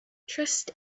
trust